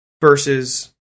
versus